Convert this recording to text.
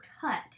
cut